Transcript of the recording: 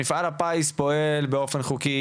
מפעל הפיס פועל באופן חוקי,